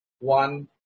one